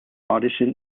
audition